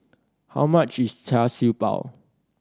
how much is Char Siew Bao